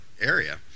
area